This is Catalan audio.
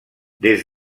des